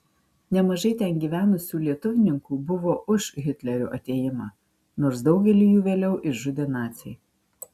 nemažai ten gyvenusių lietuvninkų buvo už hitlerio atėjimą nors daugelį jų vėliau išžudė naciai